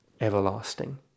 everlasting